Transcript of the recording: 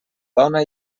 dona